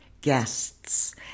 guests